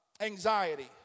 anxiety